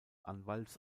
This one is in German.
anwalts